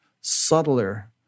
subtler